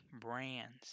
brands